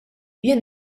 jien